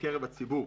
בקרב הציבור.